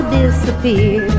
disappear